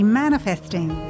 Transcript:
manifesting